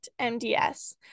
MDS